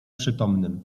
przytomnym